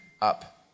up